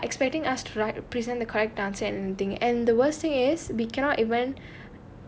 they are expecting asked right present the correct answer and everything and the worst thing is we cannot even